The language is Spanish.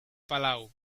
palau